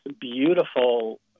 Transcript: beautiful